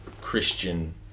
Christian